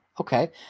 Okay